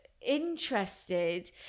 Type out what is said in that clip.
interested